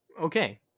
Okay